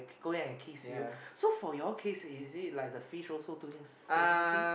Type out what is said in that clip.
going and kiss you so for your case is it like the fish also doing similar things